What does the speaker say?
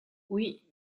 oui